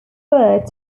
word